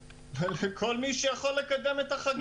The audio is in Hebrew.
לכל מי שיכול לקדם את החקיקה.